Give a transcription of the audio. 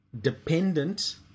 dependent